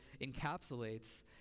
encapsulates